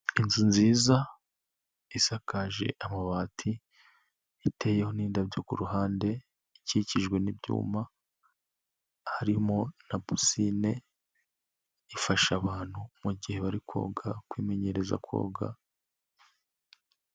Inzu nziza isakaje amabati iteye n'indabyo ku ruhande ikikijwe n'ibyuma harimo na pisine ifasha abantu mu gihe bari koga kwimenyereza koga.